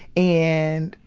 and,